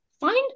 Find